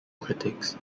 critics